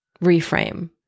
reframe